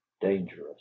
dangerous